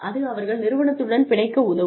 அது அவர்கள் நிறுவனத்துடன் பிணைக்க உதவும்